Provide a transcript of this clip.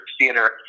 theater